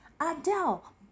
Adele